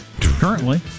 currently